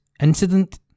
incident